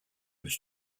was